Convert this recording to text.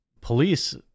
police